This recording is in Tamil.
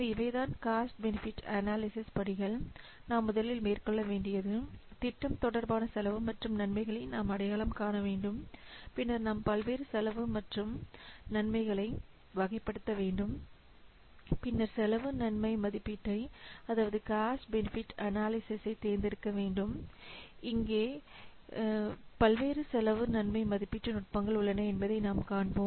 இவைதான் காஸ்ட் பெனிஃபிட் அனலைசிஸ்ற்கான படிகள் நாம் முதலில் மேற்கொள்ள வேண்டியது திட்டம் தொடர்பான செலவு மற்றும் நன்மைகளை நாம் அடையாளம் காண வேண்டும் பின்னர் நாம் பல்வேறு செலவு மற்றும் நன்மைகளை வகைப்படுத்த வேண்டும் பின்னர் செலவு நன்மை மதிப்பீட்டை நாம் தேர்ந்தெடுக்க வேண்டும் இங்கே பல்வேறு செலவு நன்மை மதிப்பீட்டு நுட்பங்கள் உள்ளன என்பதைக் காண்போம்